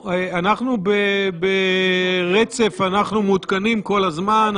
אנחנו ברצף, אנחנו מעודכנים כל הזמן.